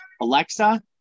Alexa